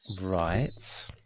Right